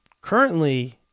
Currently